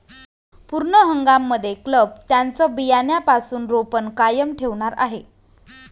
पूर्ण हंगाम मध्ये क्लब त्यांचं बियाण्यापासून रोपण कायम ठेवणार आहे